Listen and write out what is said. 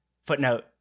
Footnote